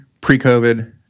pre-COVID